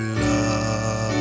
love